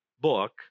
book